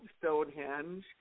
Stonehenge